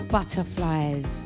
Butterflies